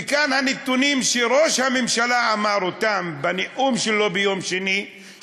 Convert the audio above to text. וכאן הנתונים שראש הממשלה אמר בנאום שלו ביום שני,